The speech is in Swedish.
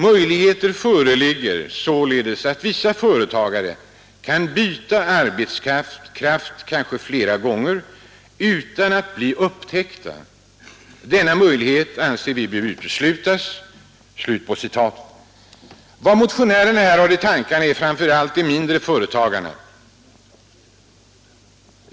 Möjligheten föreligger således att vissa företagare kan byta arbetskraft kanske flera gånger utan att bli ”upptäckta”. Denna möjlighet bör uteslutas.” Vad motionärerna här har i tankarna är framför allt de mindre företagarna.